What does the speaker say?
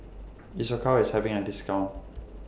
Isocal IS having A discount